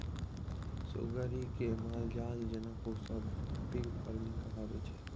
सुग्गरि केँ मालजाल जेना पोसब पिग फार्मिंग कहाबै छै